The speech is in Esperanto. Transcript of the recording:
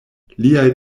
liaj